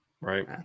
Right